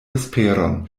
esperon